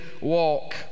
walk